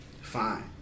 Fine